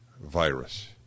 virus